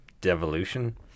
devolution